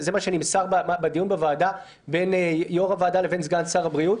זה מה שנסמר בדיון בוועדה בין יושב-ראש הוועדה לבין סגן שר הבריאות.